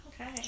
Okay